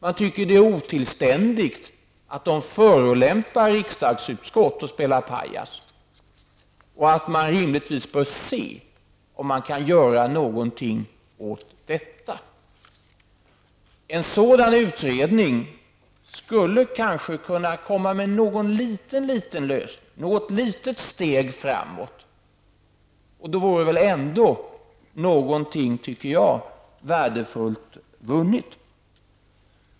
Man tycker att det är otillständigt att de förolämpar riksdagsutskott och spelar pajas och att man rimligtvis bör se om man kan göra någonting åt detta. En sådan utredning skulle kanske kunna komma med någon liten liten lösning, något litet steg framåt. Och då vore väl ändå -- menar jag -- någonting värdefullt vunnet. Fru talman!